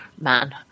man